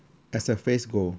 as the phrase go